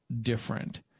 different